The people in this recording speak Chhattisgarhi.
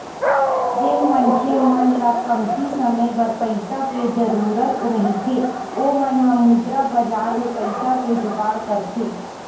जेन मनखे मन ल कमती समे बर पइसा के जरुरत रहिथे ओ मन ह मुद्रा बजार ले पइसा के जुगाड़ करथे